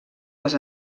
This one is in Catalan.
les